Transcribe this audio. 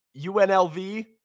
UNLV